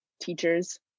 teachers